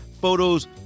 photos